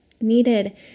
needed